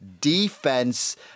defense